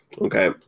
Okay